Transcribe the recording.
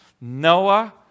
Noah